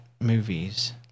movies